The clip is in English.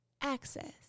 access